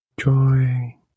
Joy